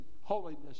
holiness